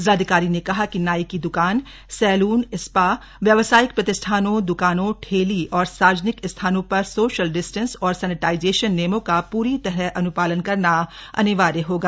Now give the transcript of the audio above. जिलाधिकारी ने कहा कि नाई की द्वकान सैलून स्पा व्यावसायिक प्रतिष्ठानों द्कानों ठेली और सार्वजनिक स्थानों पर सोशल डिस्टेंस और सैनेटाइजेशन नियमों का पूरी तरह अन्पालन करना अनिवार्य होगा